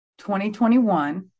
2021